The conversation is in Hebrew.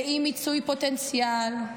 לאי-מיצוי פוטנציאל,